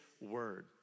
word